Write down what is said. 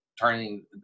turning